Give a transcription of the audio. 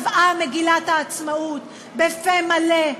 מגילת העצמאות, בפה מלא,